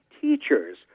teachers